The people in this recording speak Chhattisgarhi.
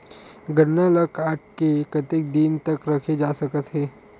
गन्ना ल काट के कतेक दिन तक रखे जा सकथे?